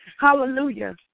Hallelujah